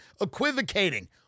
equivocating